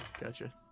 gotcha